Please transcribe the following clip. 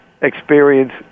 experience